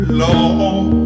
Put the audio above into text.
long